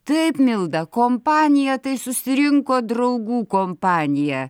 taip milda kompanija tai susirinko draugų kompanija